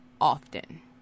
often